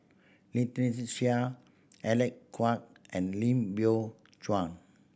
Lynnette Seah Alec Kuok and Lim Biow Chuan